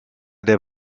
der